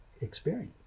experience